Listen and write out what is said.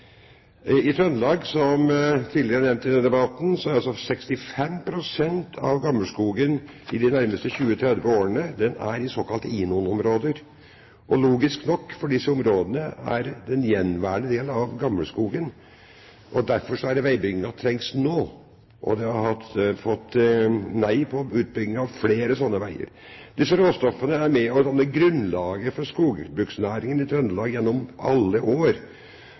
I Trøndelag, som tidligere er nevnt i denne debatten, vil 65 pst. av gammelskogen de nærmeste 20–30 årene være i såkalte INON-områder – logisk nok fordi disse områdene er den gjenværende delen av gammelskogen – og derfor trengs veibyggingen nå. En har fått nei til utbygging av flere slike veier. Disse råstoffene har vært med på å danne grunnlaget for skogbruksnæringen i Trøndelag gjennom alle år.